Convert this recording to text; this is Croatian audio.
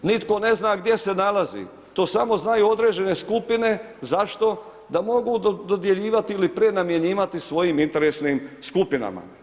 Nitko ne zna gdje se nalazi, to samo znaju određene skupine, zašto da mogu dodjeljivat ili prenamjenjivat svojim interesnim skupinama.